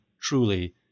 truly